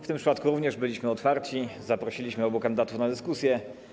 W tym przypadku również byliśmy otwarci, zaprosiliśmy oboje kandydatów na dyskusję.